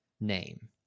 name